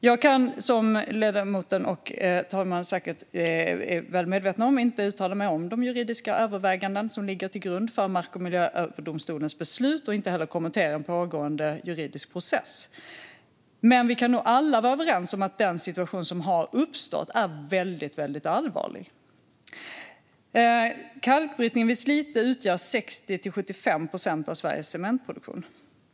Jag kan, som ledamoten och talmannen säkert är väl medvetna om, inte uttala mig om de juridiska överväganden som ligger till grund för Mark och miljööverdomstolens beslut och inte heller kommentera en pågående juridisk process. Men vi kan nog alla vara överens om att den situation som har uppstått är väldigt allvarlig. Kalkbrytningen vid Slite står för 60-75 procent av Sveriges cementproduktion.